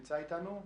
נמצא אתנו?